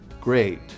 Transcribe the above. great